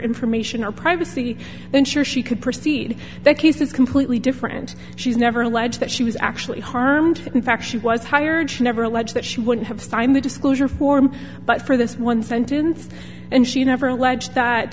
information or privacy then sure she could proceed that case is completely different she's never alleged that she was actually harmed in fact she was hired she never alleged that she wouldn't have signed the disclosure form but for this one sentence and she never